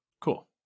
cool